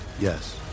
Yes